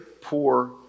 poor